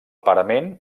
parament